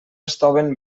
estoven